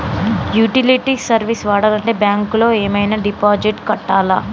Utility service వాడాలంటే bank లో ఏమైనా డిపాజిట్ కట్టాలా?